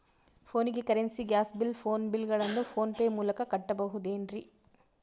ಫೋನಿಗೆ currency, gas bill, phone bill ಗಳನ್ನು PhonePe ಮೂಲಕ ಕಟ್ಟಬಹುದೇನ್ರಿ?